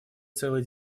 целый